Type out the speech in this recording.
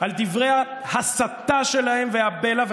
על דברי ההסתה והבלע שלהם.